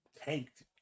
tanked